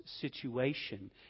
situation